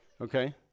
Okay